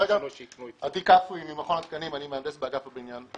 אני מהנדס באגף הבניין במכון התקנים.